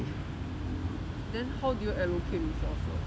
then how do you allocate resources